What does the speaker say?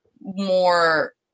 more